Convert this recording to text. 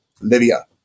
Libya